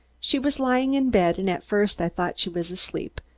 she was lying in bed and at first i thought she was asleep,